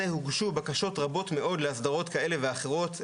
הוגשו בקשות רבות מאוד להסדרות כאלה ואחרות,